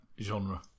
genre